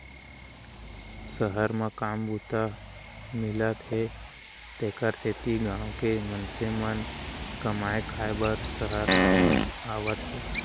सहर म काम बूता मिलत हे तेकर सेती गॉँव के मनसे मन कमाए खाए बर सहर म आवत हें